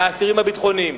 לאסירים הביטחוניים: